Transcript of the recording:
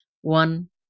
one